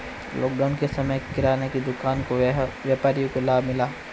lockdown के समय में किराने की दुकान के व्यापारियों को लाभ मिला है